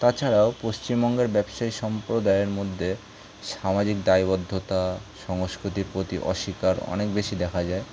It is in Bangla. তাছাড়াও পশ্চিমবঙ্গের ব্যবসায়ী সম্প্রদায়ের মধ্যে সামাজিক দায়বদ্ধতা সংস্কৃতির প্রতি অস্বীকার অনেক বেশি দেখা যায়